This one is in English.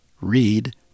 read